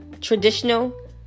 traditional